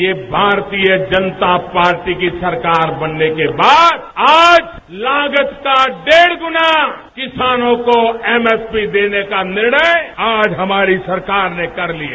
ये भारतीय जनता पार्टी की सरकार बनने के बाद आज लागत का डेढ़ गुना किसानों को एमएसपीदेने का निर्णय आज हमारी सरकार ने कर लिया